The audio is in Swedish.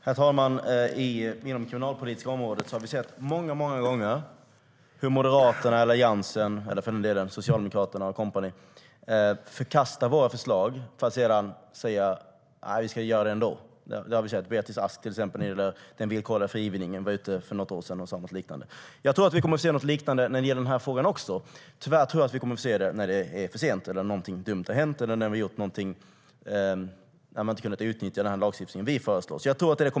Herr talman! Inom det kriminalpolitiska området har det många gånger visat sig att Moderaterna, Alliansen eller Socialdemokraterna förkastar våra förslag för att sedan genomföra det som vi föreslår. Det gäller till exempel Beatrice Ask och den villkorliga frigivningen för något år sedan. Jag tror att vi kommer att se något liknande också när det gäller den här frågan. Tyvärr tror jag inte att vi kommer att få se det förrän det är för sent, har hänt något dumt eller när man inte har kunnat utnyttja den lagstiftning som vi föreslår.